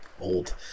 old